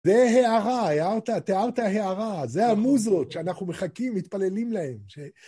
זה הערה, תיארת הערה, זה המוזות שאנחנו מחכים, מתפללים להן. ש